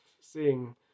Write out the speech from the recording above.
seeing